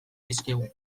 dizkigu